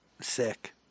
Sick